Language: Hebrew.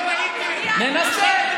לא ראיתי, ננסה.